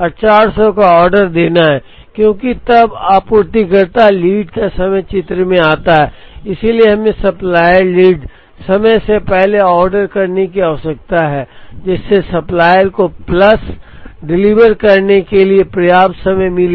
और 400 का ऑर्डर देना है क्योंकि तब आपूर्तिकर्ता लीड का समय चित्र में आता है 1 इसलिए हमें सप्लायर लीड समय से पहले ऑर्डर करने की आवश्यकता है जिससे सप्लायर को प्लस डिलीवर करने के लिए पर्याप्त समय मिल सके